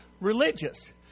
religious